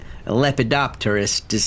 Lepidopterist